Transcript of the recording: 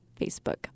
Facebook